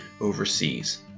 overseas